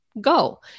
go